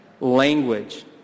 language